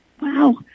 Wow